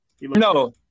No